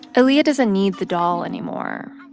aaliyah doesn't need the doll anymore,